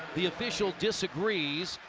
the official disagrees.